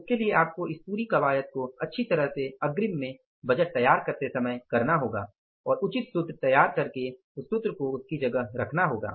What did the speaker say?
उसके लिए आपको इस पूरी कवायद को अच्छी तरह से अग्रिम में बजट तैयार करते समय करना होगा और उचित फॉर्मूला तैयार करके फॉर्मूले को उसकी जगह रखना होगा